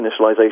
initialization